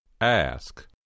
Ask